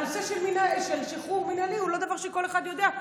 הנושא של שחרור מינהלי הוא לא דבר שכל אחד יודע.